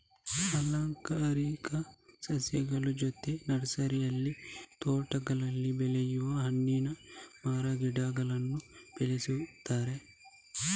ಅಲಂಕಾರಿಕ ಸಸ್ಯಗಳ ಜೊತೆಗೆ ನರ್ಸರಿಯಲ್ಲಿ ತೋಟಗಳಲ್ಲಿ ಬೆಳೆಯುವ ಹಣ್ಣಿನ ಮರದ ಗಿಡಗಳನ್ನೂ ಬೆಳೆಯುತ್ತಾರೆ